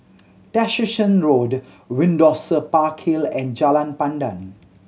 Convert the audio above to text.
Tessensohn Road Windsor Park Hill and Jalan Pandan